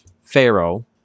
Pharaoh